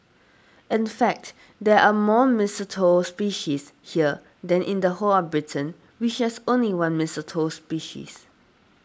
in fact there are more mistletoe species here than in the whole of Britain which has only one mistletoe species